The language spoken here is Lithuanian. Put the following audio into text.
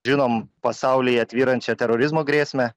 žinom pasaulyje tvyrančią terorizmo grėsmę